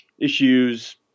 issues